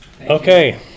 Okay